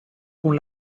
con